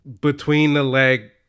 between-the-leg